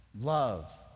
love